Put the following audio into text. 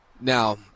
Now